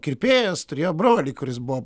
kirpėjas turėjo brolį kuris buvo